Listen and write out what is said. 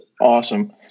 awesome